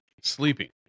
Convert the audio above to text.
sleeping